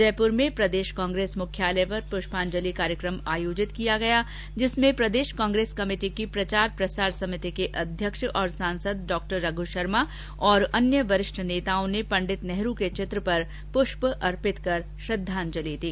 जयपुर में प्रदेश कांग्रेस मुख्यालय पर पुष्पांजलि कार्यक्रम आयोजित किया गया जिसमें प्रदेश कांग्रेस कमेटी की प्रचार प्रसार समिति के अध्यक्ष और सांसद डॉ रघु शर्मा और अन्य वरिष्ठ नेताओं ने पं नेहरू के चित्र पर पुष्प अर्पित कर श्रद्धांजलि दी